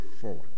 forward